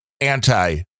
anti